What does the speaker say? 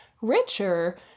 richer